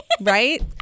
right